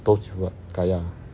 toast with what kaya ah